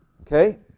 Okay